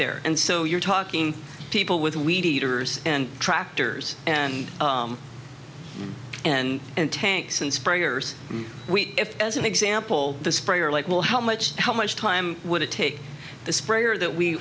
there and so you're talking people with weed eaters and tractors and and and tanks and sprayers if as an example the spray or like well how much how much time would it take the sprayer that we